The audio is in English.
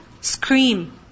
scream